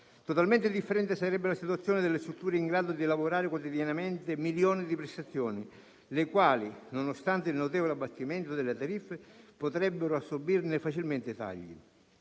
Totalmente differente sarebbe la situazione delle strutture in grado di lavorare quotidianamente milioni di prestazioni, le quali, nonostante il notevole abbattimento delle tariffe, potrebbero assorbire facilmente tagli.